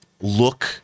look